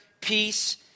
peace